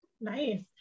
Nice